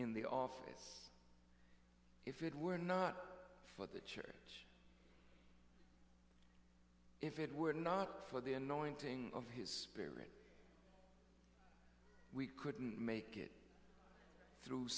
in the office if it were not for the church if it were not for the annoying thing of his spirit we couldn't make it through